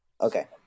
okay